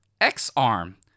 X-Arm